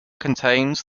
contains